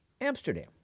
Amsterdam